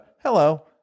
hello